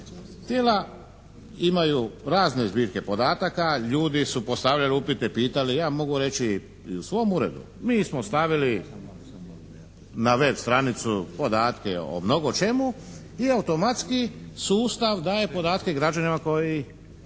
Tijela imaju razne zbirke podataka, ljudi su postavljali upite, pitali. Ja mogu reći o svom uredu. Mi smo stavili na web stranicu podatke o mnogo čemu i automatski sustav daje podatke građanima koje